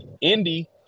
Indy